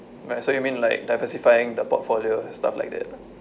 right so you mean like diversifying the portfolio stuff like that lah